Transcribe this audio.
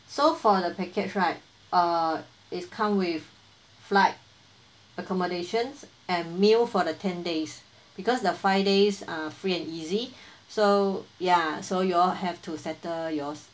so for the package right uh it's come with flight accommodations and meal for the ten days because the five days are free and easy so yeah so you all have to settle yours